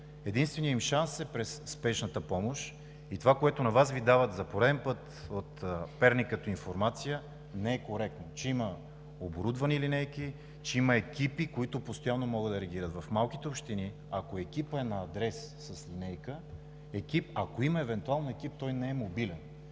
Единственият им шанс е през спешната помощ и това, което на Вас Ви дават за пореден път от Перник като информация не е коректно – че има оборудвани линейки, че има екипи, които постоянно могат да реагират. В малките общини, ако екипът е на адрес с линейка, ако има евентуално екип, той не е мобилен.